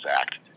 Act